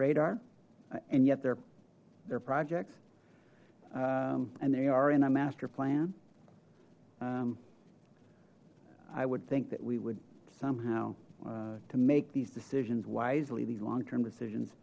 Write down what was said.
radar and yet they're there projects and they are in a master plan i would think that we would somehow to make these decisions wisely these long term decisions